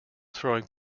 throwing